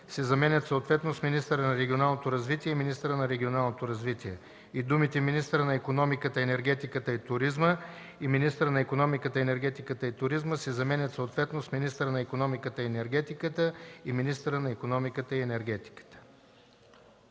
се заменят съответно с „министърът на регионалното развитие” и „министъра на регионалното развитие” и думите „министърът на икономиката, енергетиката и туризма” и „министъра на икономиката, енергетиката и туризма” се заменят съответно с „министърът на икономиката и енергетиката” и „министъра на икономиката и енергетиката”.”